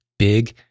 Big